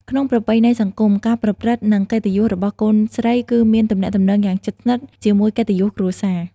ក្នុងប្រពៃណីសង្គម ការប្រព្រឹត្ត និង កិត្តិយសរបស់កូនស្រីគឺមានទំនាក់ទំនងយ៉ាងជិតស្និទ្ធជាមួយកិត្តិយសគ្រួសារ។